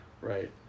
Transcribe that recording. right